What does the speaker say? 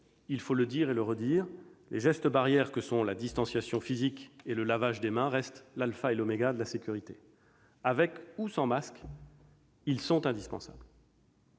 il faut le dire et le redire, les gestes barrières que sont la distanciation physique et le lavage des mains restent l'alpha et l'oméga de la sécurité. Avec ou sans masque, ils sont indispensables.